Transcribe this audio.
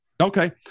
Okay